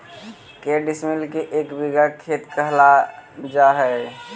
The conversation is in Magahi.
के डिसमिल के एक बिघा खेत कहल जा है?